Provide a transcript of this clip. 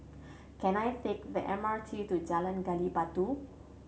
can I take the M R T to Jalan Gali Batu